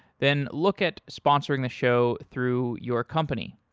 then look at sponsoring the show through your company.